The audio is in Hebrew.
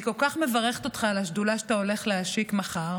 אני כל כך מברכת אותך על השדולה שאתה הולך להשיק מחר.